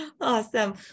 Awesome